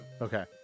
Okay